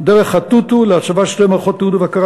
דרך הטוּטוּ להצבת שתי מערכות תיעוד ובקרה